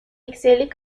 excellait